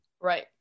Right